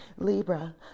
Libra